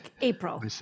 april